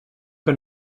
que